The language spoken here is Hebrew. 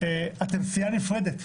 אתם סיעה נפרדת,